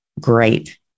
Great